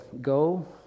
go